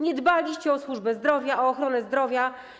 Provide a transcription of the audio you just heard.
Nie dbaliście o służbę zdrowia, o ochronę zdrowia.